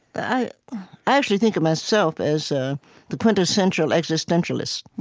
i actually think of myself as ah the quintessential existentialist.